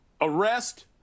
arrest